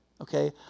okay